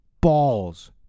balls